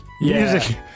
music